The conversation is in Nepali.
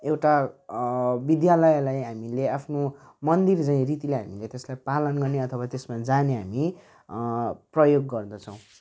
एउटा विद्यालयलाई हामीले आफ्नो मन्दिर झैँ रीतिले हामीले त्यसलाई पालन गर्ने अथवा त्यसमा जाने हामी प्रयोग गर्दछौँ